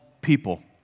people